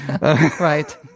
Right